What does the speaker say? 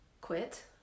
quit